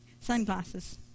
sunglasses